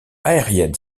aérienne